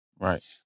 Right